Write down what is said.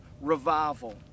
revival